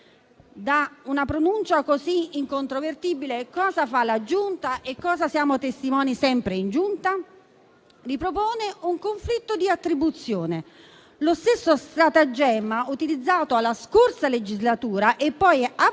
una pronuncia così incontrovertibile, cosa fa la Giunta e di cosa siamo testimoni, sempre in Giunta? Ripropone un conflitto di attribuzione, lo stesso stratagemma utilizzato nella passata legislatura e poi abbandonato